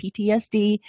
PTSD